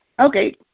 Okay